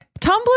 Tumblr